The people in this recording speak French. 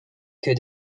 que